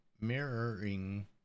mirroring